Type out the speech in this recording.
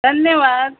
धन्यवाद